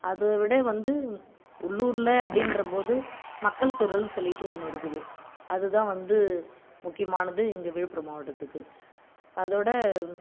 அத விட வந்து உள்ளுரில் அப்படீன்றபோது மக்கள் குரல்னு சொல்லிட்டு ஒன்று இருக்குது அது தான் வந்து முக்கியமானது இங்கே தான்ப்புரம் மாவட்டத்துக்கு அதோட